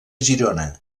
girona